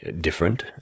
different